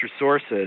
resources